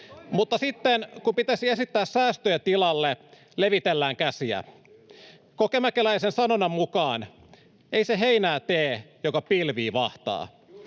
Mutta sitten, kun pitäisi esittää säästöjä tilalle, levitellään käsiä. Kokemäkeläisen sanonnan mukaan: ”Ei se heinää tee, joka pilvii vahtaa”.